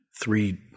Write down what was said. three